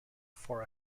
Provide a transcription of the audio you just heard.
for